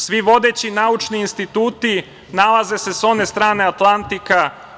Svi vodeći naučni instituti nalaze se sa one strane Atlantika.